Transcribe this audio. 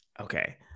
Okay